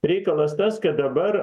reikalas tas kad dabar